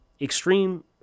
extreme